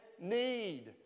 need